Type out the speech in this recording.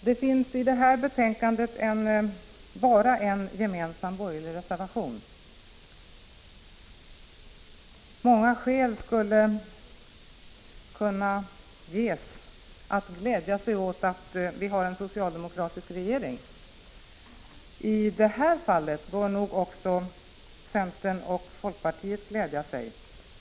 Det finns i det här betänkandet bara en gemensam borgerlig reservation. Många skäl skulle kunna ges för att glädja sig åt att vi har en socialdemokratisk regering. I det här fallet bör nog också centern och folkpartiet glädja sig.